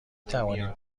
توانید